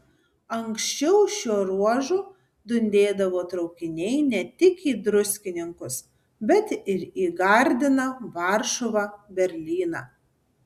anksčiau šiuo ruožu dundėdavo traukiniai ne tik į druskininkus bet ir į gardiną varšuvą berlyną